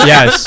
Yes